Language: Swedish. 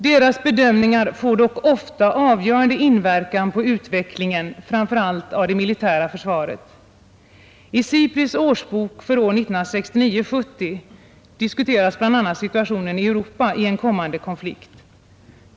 Deras bedömningar får dock ofta avgörande inverkan på utvecklingen framför allt av det militära försvaret. I SIPRI:s årsbok för 1969/70 diskuterades bl.a. situationen i Europa i en kommande konflikt.